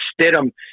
Stidham